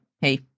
hey